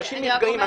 אנשים נפגעים.